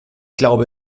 glaube